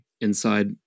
inside